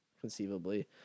conceivably